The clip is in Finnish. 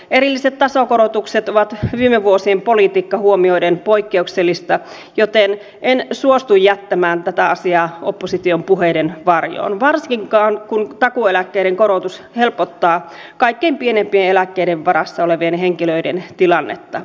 erilliset tasokorotukset ovat viime vuosien politiikka huomioiden poikkeuksellisia joten en suostu jättämään tätä asiaa opposition puheiden varjoon varsinkaan kun takuueläkkeen korotus helpottaa kaikkein pienimpien eläkkeiden varassa olevien henkilöiden tilannetta